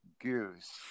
Goose